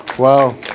Wow